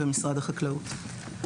משרד החקלאות.